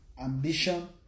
ambition